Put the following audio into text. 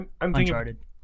Uncharted